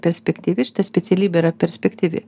perspektyvi šita specialybė yra perspektyvi